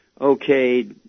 Okay